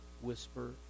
whisper